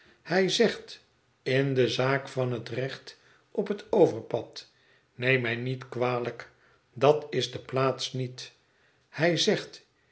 hij zegt in de zaak van het recht op het overpad neem mij niet kwalijk dat is de plaats niet hij zegt